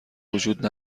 وجود